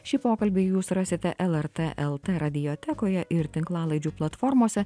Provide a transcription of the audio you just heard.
šį pokalbį jūs rasite lrt lt radiotekoje ir tinklalaidžių platformose